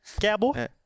cowboy